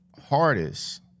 hardest –